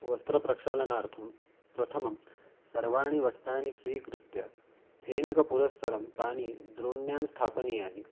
वस्त्रप्रक्षलनार्थं प्रथमं सर्वाणि वस्त्राणि स्वीकृत्य फेनकपुरस्सरं तानि द्रोण्यां स्थापनीयानि